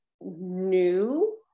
new